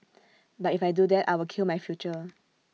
but if I do that I will kill my future